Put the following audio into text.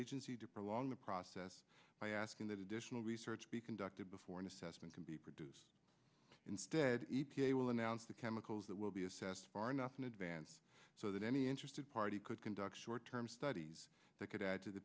agency to prolong the process by asking that additional research be conducted before an assessment can be produced instead the chemicals that will be assessed far enough in advance so that any interested party could conduct short term studies that could add to the